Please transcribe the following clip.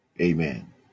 Amen